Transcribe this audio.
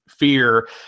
Fear